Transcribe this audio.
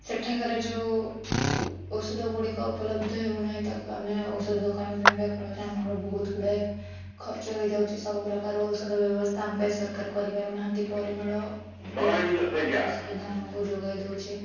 ସେଠାକାରେ ଯେଉଁ ଔଷଧ ଗୁଡ଼ିକ ଉପଲବ୍ଧ ହେଉନାହିଁ ତାକୁ ଆମେ ଔଷଧ ଦୋକନରୁ କିଣିବା ଫଳରେ ଆମର ବହୁତ ଗୁଡ଼ାଏ ଖର୍ଚ୍ଚ ହେଇଯାଉଛି ସବୁପ୍ରକାର ଔଷଧ ବ୍ୟବସ୍ଥା ଆମ ପାଇଁ ସରକାର କରିପାରୁ ନାହାଁନ୍ତି ପରିମଳ ବହୁତ ପ୍ରକାରର ଅସୁବିଧା ଆମକୁ ଯୋଗାଇ ଦେଉଛି